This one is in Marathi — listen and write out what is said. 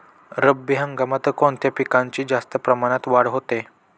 रब्बी हंगामात कोणत्या पिकांची जास्त प्रमाणात वाढ होते?